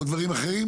או דברים אחרים.